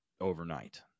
overnight